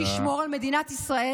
לא אמרת.